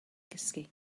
gysgu